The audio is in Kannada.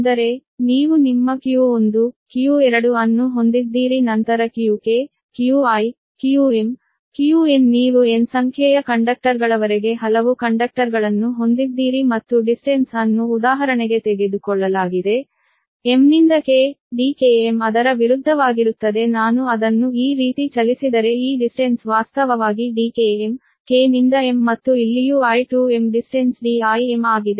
ಅಂದರೆ ನೀವು ನಿಮ್ಮ q1 q2 ಅನ್ನು ಹೊಂದಿದ್ದೀರಿ ನಂತರ qk qi qm qn ನೀವು n ಸಂಖ್ಯೆಯ ಕಂಡಕ್ಟರ್ಗಳವರೆಗೆ ಹಲವು ಕಂಡಕ್ಟರ್ಗಳನ್ನು ಹೊಂದಿದ್ದೀರಿ ಮತ್ತು ದೂರವನ್ನು ಉದಾಹರಣೆಗೆ ತೆಗೆದುಕೊಳ್ಳಲಾಗಿದೆ m ನಿಂದ k Dkm ಅದರ ವಿರುದ್ಧವಾಗಿರುತ್ತದೆ ನಾನು ಅದನ್ನು ಈ ರೀತಿ ಚಲಿಸಿದರೆ ಈ ದೂರವು ವಾಸ್ತವವಾಗಿ Dkm k ನಿಂದ m ಮತ್ತು ಇಲ್ಲಿಯೂ I to m ದೂರ Dim ಆಗಿದೆ